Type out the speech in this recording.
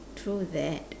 true that